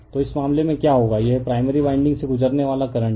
तो इस मामले में क्या होगा यह प्राइमरी वाइंडिंग से गुजरने वाला करंट है